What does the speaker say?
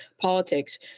politics